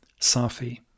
Safi